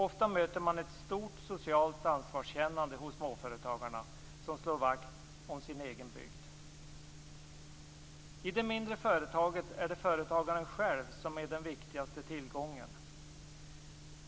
Ofta möter man ett stort socialt ansvarskännande hos småföretagarna, som att slå vakt om sin egen bygd. I det mindre företaget är det företagaren själv som är den viktigaste tillgången.